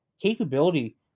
capability